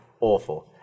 Awful